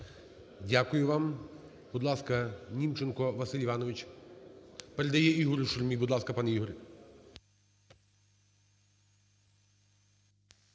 Дякую вам. Будь ласка, Німченко Василь Іванович. Передає Ігорю Шурмі, будь ласка, пане Ігор.